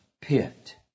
pit